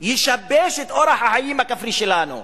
ישבש את אורח החיים הכפרי שלנו.